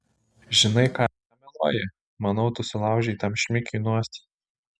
žinai ką mieloji manau tu sulaužei tam šmikiui nosį